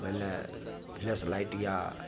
मानि लिअ flashlight या